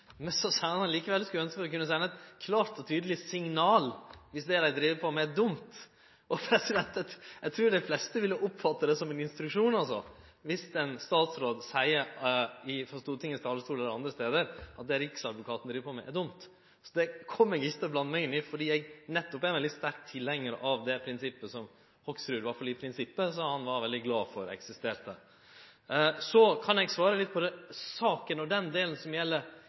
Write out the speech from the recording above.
Men så seier han likevel at han skulle ønskje at vi kunne sende eit klart og tydeleg signal viss det dei driv på med, er dumt. Eg trur dei fleste ville oppfatte det som ein instruksjon, viss ein statsråd frå Stortingets talarstol eller andre stader seier at det Riksadvokaten driv på med, er dumt. Så det kjem eg ikkje til å blande meg inn i, nettopp fordi eg er ein veldig sterk tilhengjar av det prinsippet som Hoksrud iallfall i prinsippet sa han var veldig glad for eksisterte. Så kan eg svare litt på saka og det som gjeld